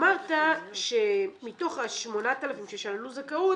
אמרת שמתוך ה-8,000 ששללו זכאות,